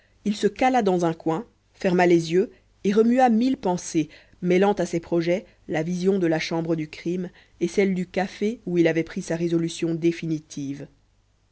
il se cala dans un coin ferma les yeux et remua mille pensées mêlant à ses projets la vision de la chambre du crime et celle du café où il avait pris sa résolution définitive